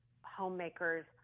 homemakers